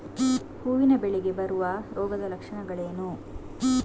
ಹೂವಿನ ಬೆಳೆಗೆ ಬರುವ ರೋಗದ ಲಕ್ಷಣಗಳೇನು?